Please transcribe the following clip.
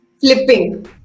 flipping